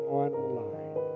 online